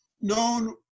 known